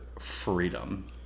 freedom